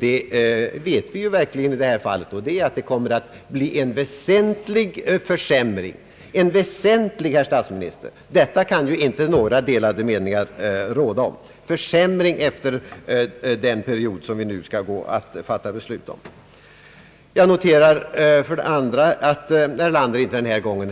Det vet vi verkligen i detta fall, nämligen att det kommer att bli en väsentlig försämring — väsentlig, herr statsminister, ty om detta kan ju inte några delade meningar råda. Jag noterar också att herr Erlander inte heller denna gång